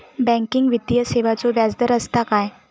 Banking वित्तीय सेवाचो व्याजदर असता काय?